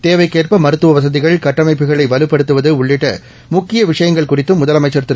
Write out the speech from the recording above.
தேவைக்கேற்ப மருத்துவவசதிகள் கட்டமைப்புகளை வலுப்படுத்துவது உள்ளிட்ட முக்கிய விஷயங்கள் குறித்தும் முதலமைச்சர் திரு